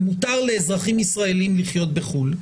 לארץ ומותר לאזרחים ישראלים לחיות בחוץ לארץ,